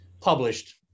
published